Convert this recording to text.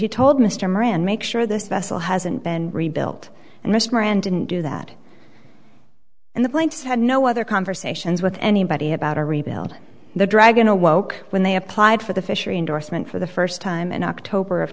he told mr moran make sure this vessel hasn't been rebuilt and mr moran didn't do that and the planes had no other conversations with anybody about a rebuild the dragon awoke when they applied for the fishery endorsement for the first time in october of